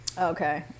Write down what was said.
Okay